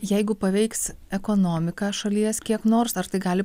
jeigu paveiks ekonomiką šalies kiek nors ar tai gali